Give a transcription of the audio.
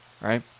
right